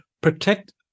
protect